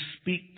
speak